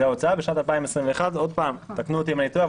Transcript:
זה ההוצאה בשנת 2021. תקנו אותי אם אני טועה,